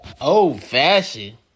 Old-fashioned